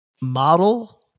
model